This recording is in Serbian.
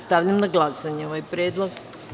Stavljam na glasanje ovaj predlog.